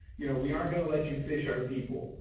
you know we aren't gonna let you fish our people.